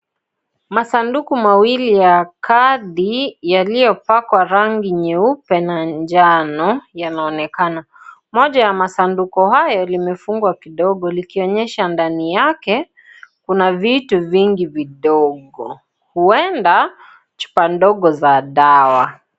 Masanduku mawili ya kadi yaliyopakwa rangi nyeupe na njano yanaonekana, moja ya masanduku hayo limefungwa kidogo likionyesha ndani yake kuna vitu vidogo, huenda chupa ndogo za dawa.